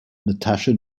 natasha